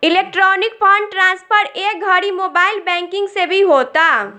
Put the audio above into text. electronic fund transfer ए घड़ी mobile banking से भी होता